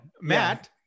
Matt